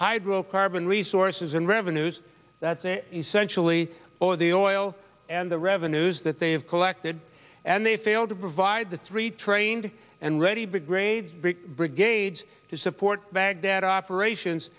hydrocarbon resources and revenues that's essentially all of the oil and the revenues that they have collected and they failed to provide the three trained and ready big raids brigades to support baghdad operations